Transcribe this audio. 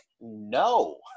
no